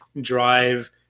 drive